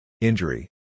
Injury